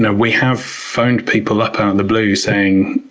and we have phoned people up out of the blue saying,